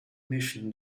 mission